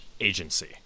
agency